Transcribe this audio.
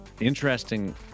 interesting